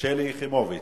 שלי יחימוביץ.